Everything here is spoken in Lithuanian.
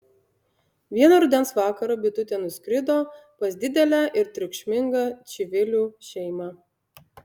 vieną rudens vakarą bitutė nuskrido pas didelę ir triukšmingą čivilių šeimą